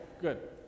good